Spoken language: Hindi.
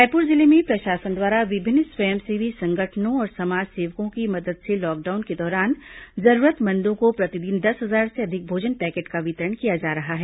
रायपुर जिले में प्रशासन द्वारा विभिन्न स्वयंसेवी संगठनों और समाज सेवकों की मदद से लॉकडाउन के दौरान जरूरतमंदों को प्रतिदिन दस हजार से अधिक भोजन पैकेट का वितरण किया जा रहा है